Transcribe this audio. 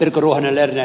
ruohonen erä